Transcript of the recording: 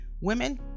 women